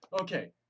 Okay